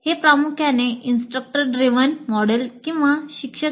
हे प्रामुख्याने instructor driven model असते